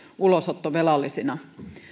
ulosottovelallisina